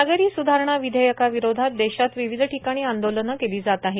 नागरी सुधारणा विधेयकाविरोधात देशात विविध ठिकाणी आंदोलनं केली जात आहे